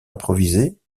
improvisés